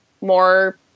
more